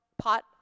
pot